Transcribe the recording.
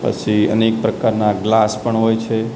પછી અનેક પ્રકારનાં ગ્લાસ પણ હોય છે